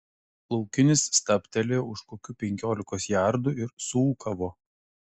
laukinis stabtelėjo už kokių penkiolikos jardų ir suūkavo